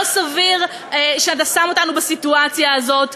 לא סביר שאתה שם אותנו בסיטואציה הזאת.